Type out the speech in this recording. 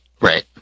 Right